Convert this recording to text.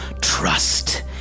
trust